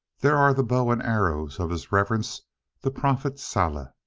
there are the bow and arrows of his reverence the prophet salih.